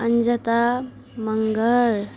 Anjata Magar